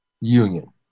union